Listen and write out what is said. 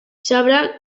sabrà